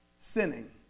sinning